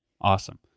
awesome